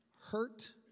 hurt